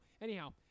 Anyhow